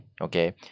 okay